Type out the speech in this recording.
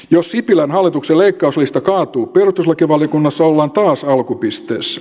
jos sipilän hallituksen leikkauslista kaatuu perustuslakivaliokunnassa ollaan taas alkupisteessä